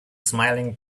smiling